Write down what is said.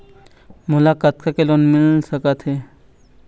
मोला कतका के लोन मिल सकत हे?